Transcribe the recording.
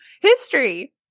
History